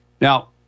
Now